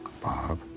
Bob